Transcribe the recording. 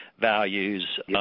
values